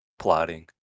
plotting